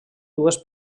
dues